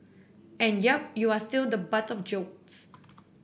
and yep you are still the butt of jokes